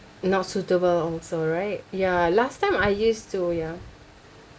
not suitable also right ya last time I used to ya